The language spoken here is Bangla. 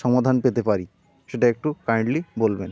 সমাধান পেতে পারি সেটা একটু কাইণ্ডলি বলবেন